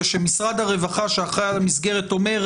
שמשרד הרווחה שאחראי על המסגרת אומר,